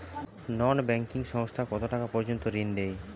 নন banking সংস্থা কতটাকা পর্যন্ত ঋণ দেয়?